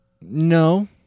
no